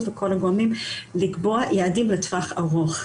ומכל הגורמים לקבוע יעדים לטווח ארוך.